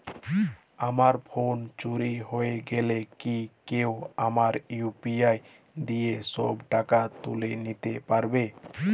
আমার ফোন চুরি হয়ে গেলে কি কেউ আমার ইউ.পি.আই দিয়ে সব টাকা তুলে নিতে পারবে?